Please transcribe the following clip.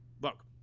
Look